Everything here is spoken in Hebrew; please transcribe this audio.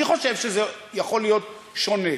אני חושב שזה יכול להיות שונה,